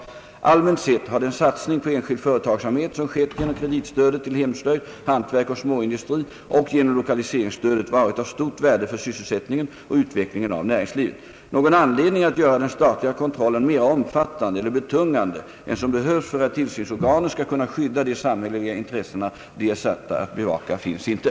Allmänt sett har den satsning på enskild företagsamhet som skett genom kreditstödet till hemslöjd, hantverk och småindustri och genom lokaliseringsstödet varit av stort värde för sysselsättningen och utvecklingen av näringslivet. Någon anledning att göra den statliga kontrollen mera omfattande eller betungande än som behövs för att tillsvnsorganen skall kunna skydda de samhälleliga intressen de är satta att bevaka finns inte.